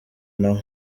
nabo